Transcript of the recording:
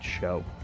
show